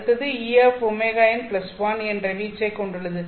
அடுத்தது Eωn1 என்ற வீச்சைக் கொண்டுள்ளது